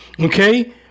Okay